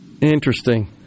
Interesting